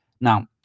Now